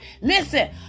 listen